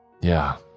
Yeah